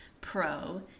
pro